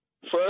first